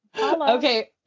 Okay